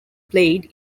played